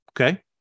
okay